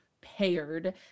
paired